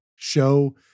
Show